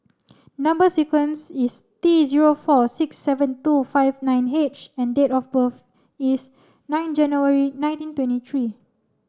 number sequence is T zero four six seven two five nine H and date of birth is nine January nineteen twenty three